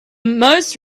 most